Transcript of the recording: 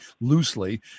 loosely